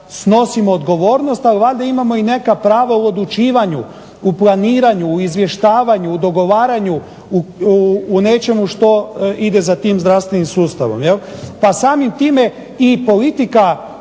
snosimo odgovornost, ali Vlada imamo neka prava u odlučivanju, u planiranju, u izvještavanju, u dogovaranju, u nečemu što ide za tim zdravstvenim sustavom. Jel. Pa samim time i politika